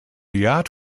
yacht